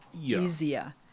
easier